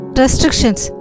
restrictions